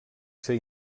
ser